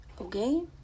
okay